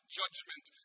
judgment